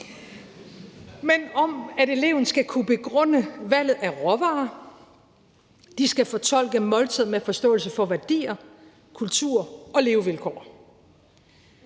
men om, at eleven skal kunne begrunde valget af råvarer, skal kunne fortolke måltidet med forståelse for værdier, kultur og levevilkår.